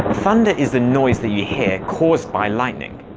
thunder is the noise that you hear caused by lightning.